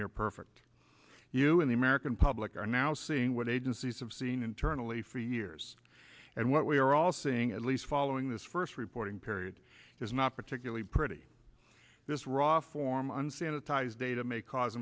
near perfect you and the american public are now seeing what agencies have seen internally for years and what we are all saying at least following this first reporting period is not particularly pretty this raw form unsanitized data may cause